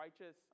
righteous